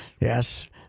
Yes